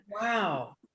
wow